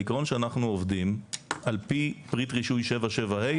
העיקרון שאנחנו עובדים על פי פריט רישוי 7.7 ה',